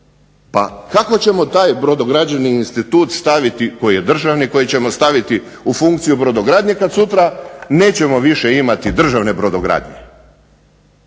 Pa kako ćemo taj brodograđevni institut staviti koji je državni, koji ćemo staviti u funkciju brodogradnje kad sutra nećemo više imati državne brodogradnje.